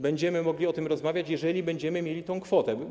Będziemy mogli o tym rozmawiać, jeżeli będziemy mieli tę kwotę.